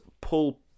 pull